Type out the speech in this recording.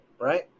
right